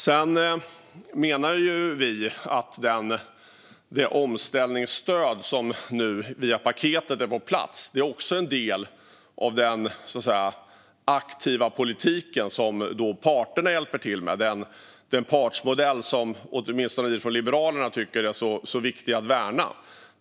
Vi menar att det omställningsstöd som nu via paketet är på plats också är en del av den aktiva politik som parterna hjälper till med - den partsmodell som åtminstone vi från Liberalerna tycker är så viktig att värna.